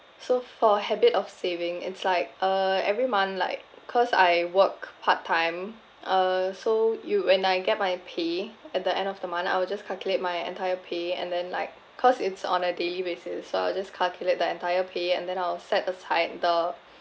so for habit of saving it's like uh every month like cause I work part time uh so you when I get my pay at the end of the month I will just calculate my entire pay and then like cause it's on a daily basis so I'll just calculate the entire pay and then I'll set aside the